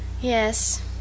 Yes